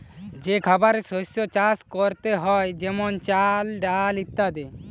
যে খাবারের শস্য চাষ করতে হয়ে যেমন চাল, ডাল ইত্যাদি